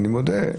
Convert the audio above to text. ואני מודה,